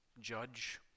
judge